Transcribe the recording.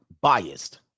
biased